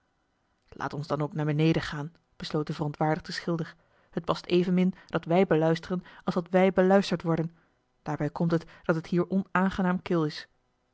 laat ons dan ook naar beneden gaan besloot de verontwaardigde schilder het past evenmin dat wij beluisteren als dat wij beluisterd worden daarbij komt dat het hier onaangenaam kil is